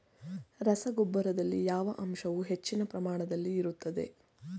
ರಸಗೊಬ್ಬರದಲ್ಲಿ ಯಾವ ಅಂಶವು ಹೆಚ್ಚಿನ ಪ್ರಮಾಣದಲ್ಲಿ ಇರುತ್ತದೆ?